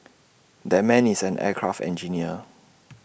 that man is an aircraft engineer